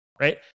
Right